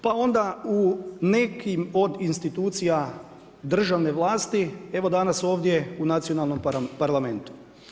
Pa onda u nekih od institucija državne vlasti, evo danas ovdje u nacionalnom Parlamentu.